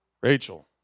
Rachel